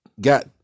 got